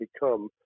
become